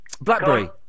Blackberry